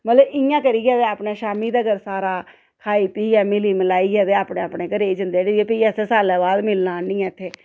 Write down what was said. मतलब इ'यां गै करियै अपने शामी तगर सारा खाई पियै मिली मलाइयै ते अपने अपने घरै गी जंदे हे फ्ही असें सालै बाद मिलना आनियै इत्थें